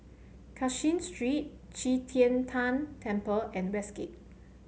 Cashin Street Qi Tian Tan Temple and Westgate